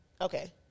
Okay